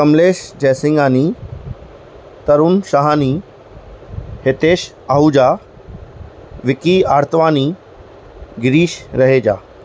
Kamlesh Jaisinghani Tarun Shahani Hitesh Ahuja Vicky Aratwani Girish Raheja